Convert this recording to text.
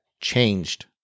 changed